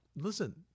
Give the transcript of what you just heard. listen